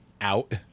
Out